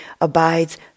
abides